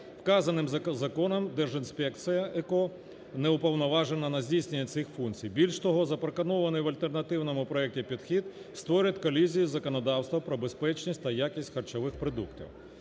вказаним законом Держінспекція ЕКО не уповноважена на здійснення цих функцій. Більш того, запропонований в альтернативному проекті підхід створить колізію законодавства про безпечність та якість харчових продуктів.